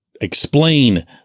explain